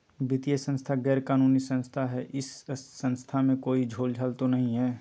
वित्तीय संस्था गैर कानूनी संस्था है इस संस्था में कोई झोलझाल तो नहीं है?